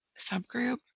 subgroup